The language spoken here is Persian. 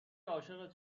عاشقت